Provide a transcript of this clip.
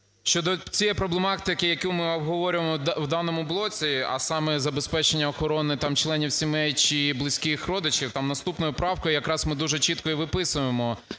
щодо цієї проблематики, яку ми обговорюємо в даному блоці, а саме забезпечення охорони там членів сімей чи близьких родичів, там наступною правкою якраз ми дуже чітко і виписуємо